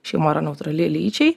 šeima yra neutrali lyčiai